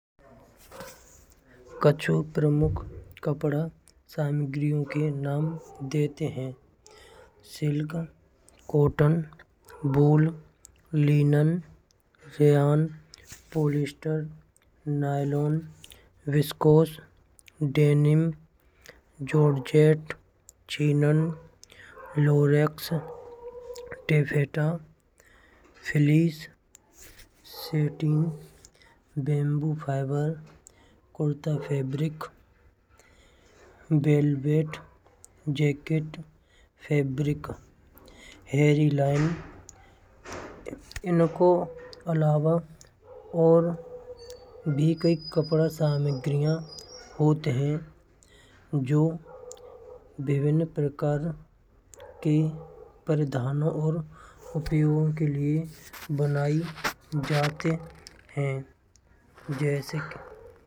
कुछ प्रमुख कपड़ा सामग्री के नाम देते है जैसे कि सिल्क कॉटन, वूलन, नीलन, सेआओं, पोलिस्टर, नायलोन, कोष। Denim, georgette, chiffon, lurex, taffeta, फिलिश, साटन, बांस फैब्रिक, कुर्ता फैब्रिक, बॉलवेट फैब्रिक, जैकेट फैब्रिक। हेयरलाइन इनको अलावा और भी कई कपड़ों की सामग्री होती है जो विभिन्न प्रकार के प्रयोजनों और उपयोगों के लिए बनाई जाती है।